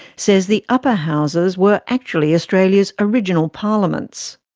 says the upper houses were actually australia's original parliaments.